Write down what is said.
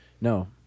No